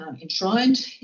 enshrined